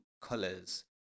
colors